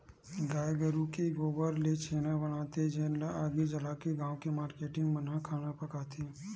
गाये गरूय के गोबर ले छेना बनाथे जेन ल आगी जलाके गाँव के मारकेटिंग मन ह खाना पकाथे